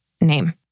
name